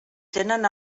tenen